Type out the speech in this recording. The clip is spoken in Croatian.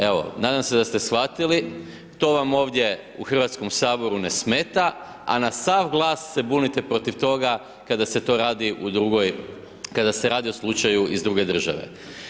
Evo, nadam se da ste shvatili, to vam ovdje u Hrvatskom saboru ne smeta a na sav glas se bunite protiv toga kada se to radi u drugoj, kada se radi o slučaju iz druge države.